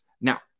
Now